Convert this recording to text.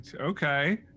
Okay